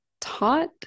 taught